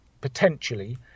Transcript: potentially